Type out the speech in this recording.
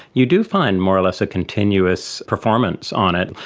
you do find more or less a continuous performance on it.